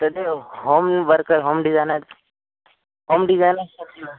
तद् home worker home designer home designer सन्ति वा